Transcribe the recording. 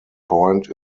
point